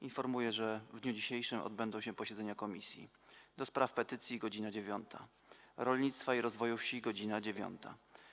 Informuję, że w dniu dzisiejszym odbędą się posiedzenia Komisji: - do Spraw Petycji - godz. 9, - Rolnictwa i Rozwoju Wsi - godz. 9,